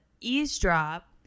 eavesdrop